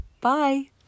bye